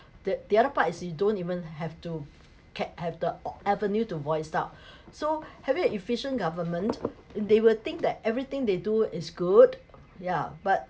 the the other part is you don't even have to can have the avenue to voice out so having efficient government they will think that everything they do is good yeah but